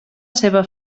seva